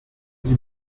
wie